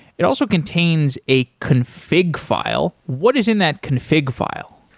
it also contains a config file. what is in that config file?